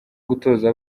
gutoza